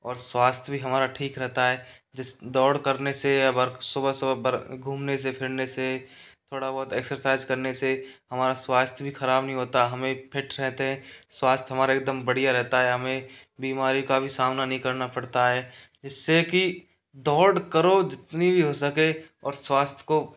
और स्वास्थ्य भी हमारा ठीक रहता है दौड़ करने से बर्क सुबह सुबह वर्क घूमने से फिरने से थोड़ा बहुत एक्सरसाइज करने से हमारा स्वास्थ्य भी खराब नहीं होता हमें फिट रहते हैं स्वास्थ्य हमारा एकदम बढ़िया रहता है हमें बीमारी का भी सामना नहीं करना पड़ता है जिससे की दौड़ करो जितनी भी हो सके और स्वास्थ्य को